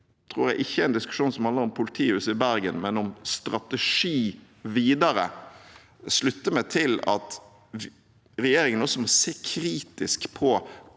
det tror jeg ikke er en diskusjon som handler om politihuset i Bergen, men om strategi videre – slutte meg til at regjeringen må se kritisk på